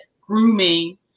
grooming